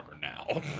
now